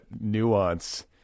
nuance